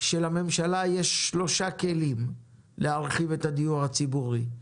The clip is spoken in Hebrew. שלממשלה יש שלושה כלים להרחיב את הדיור הציבורי: